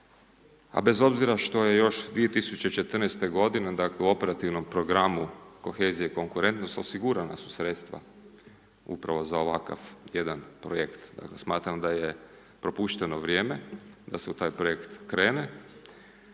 a bez obzira što je još 2014. godine, dakle u Operativnom programu Kohezija i konkurentnost, osigurana su sredstva, upravo za ovakav jedan projekt. Dakle, smatram da je propušteno vrijeme da se u taj projekt krene.